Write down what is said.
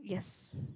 yes